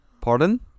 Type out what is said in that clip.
Pardon